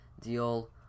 deal